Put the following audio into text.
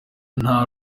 nta